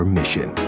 Mission